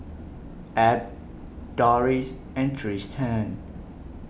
Ab Dorris and Trystan